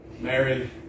Mary